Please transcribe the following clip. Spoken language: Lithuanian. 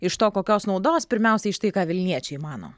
iš to kokios naudos pirmiausiai štai ką vilniečiai mano